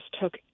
took